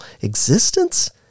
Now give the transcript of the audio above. existence